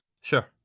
Sure